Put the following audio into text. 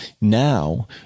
Now